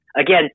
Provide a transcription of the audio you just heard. Again